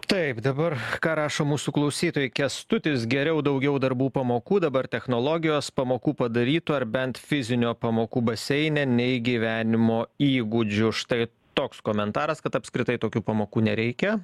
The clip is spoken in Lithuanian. taip dabar ką rašo mūsų klausytojai kęstutis geriau daugiau darbų pamokų dabar technologijos pamokų padarytų ar bent fizinio pamokų baseine nei gyvenimo įgūdžių štai toks komentaras kad apskritai tokių pamokų nereikia